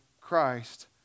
Christ